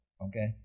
okay